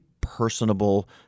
personable